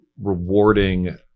rewarding